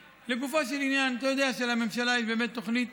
לגופו של עניין, אתה יודע שלממשלה יש באמת תוכנית